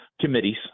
Committees